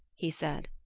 he said,